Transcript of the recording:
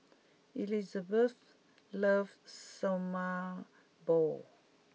Elisabeth loves Sesame Balls